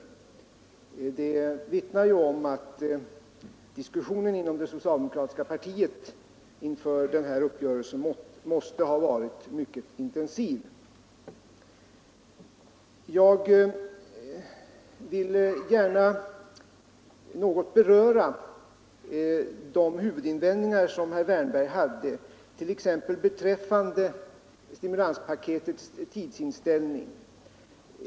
Så är inte fallet med herr Wärnbergs yttrande, det vittnar om att diskussionen inom det socialdemokratiska partiet inför denna uppgörelse varit mycket intensiv. Jag vill något beröra de huvudinvändningar som herr Wärnberg hade, t.ex. beträffande stimulanspaketets anpassning i tiden.